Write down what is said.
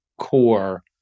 core